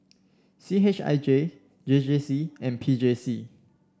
C H I J J J C and P J C